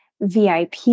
VIP